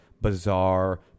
bizarre